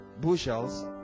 bushels